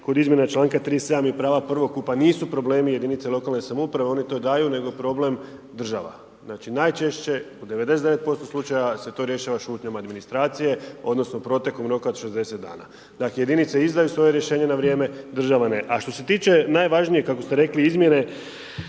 kod izmjene čl. 3. 7. i prava 1. skupa nisu problemi jedinice lokalne samouprave. Oni to daju, nego je problem država. Znači najčešće u 99% slučajeva se to rješava šutnjama administracije, odnosno, protekom roka od 60 dana. Da jedinice izdaju svoje rješenje na vrijeme, država ne. A što se tiče, najvažnije, kako ste rekli, izmjene